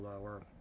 lower